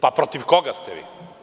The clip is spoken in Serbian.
Protiv koga ste vi?